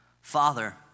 Father